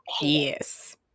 Yes